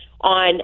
on